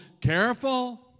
Careful